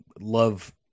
love